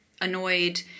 annoyed